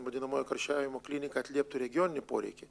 vadinamoji karščiavimo klinika atlieptų regioninį poreikį